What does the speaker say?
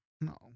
no